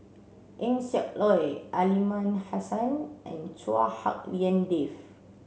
Eng Siak Loy Aliman Hassan and Chua Hak Lien Dave